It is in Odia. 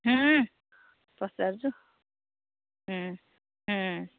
ପଚାରୁଛୁ